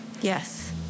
Yes